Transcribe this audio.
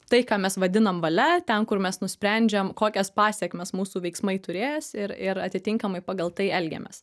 tai ką mes vadinam valia ten kur mes nusprendžiam kokias pasekmes mūsų veiksmai turės ir ir atitinkamai pagal tai elgiamės